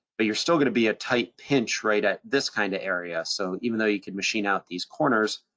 but you're still gonna be at tight pinch right at this kind of area. so even though you could machine out these corners,